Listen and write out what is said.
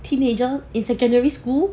teenager in secondary school